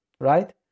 right